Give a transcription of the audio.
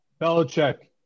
Belichick